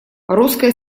русская